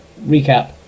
recap